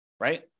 right